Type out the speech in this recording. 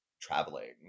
traveling